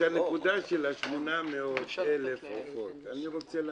את הנקודה של ה-800,000 עופות אני רוצה להבין.